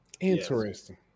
Interesting